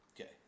Okay